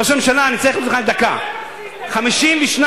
ראש הממשלה, אני צריך אותך לדקה.